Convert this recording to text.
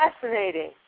fascinating